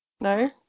No